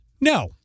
No